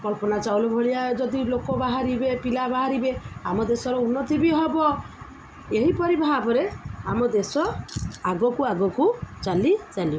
କଳ୍ପନା ଚାୱଲା ଭଳିଆ ଯଦି ଲୋକ ବାହାରିବେ ପିଲା ବାହାରିବେ ଆମ ଦେଶର ଉନ୍ନତି ବି ହବ ଏହିପରି ଭାବରେ ଆମ ଦେଶ ଆଗକୁ ଆଗକୁ ଚାଲି ଚାଲିିବ